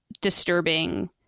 disturbing